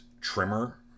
trimmer